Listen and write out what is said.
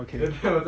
okay